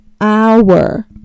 hour